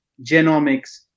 genomics